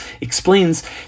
explains